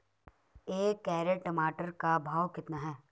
एक कैरेट टमाटर का भाव कितना है?